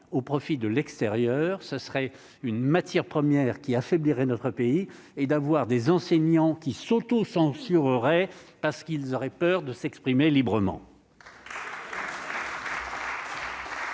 au profit de l'extérieur, ce serait une matière première qui affaiblirait notre pays et d'avoir des enseignants qui s'auto-censure aurait parce qu'ils auraient peur de s'exprimer librement.